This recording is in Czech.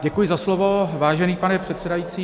Děkuji za slovo, vážený pane předsedající.